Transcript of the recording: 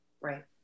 Right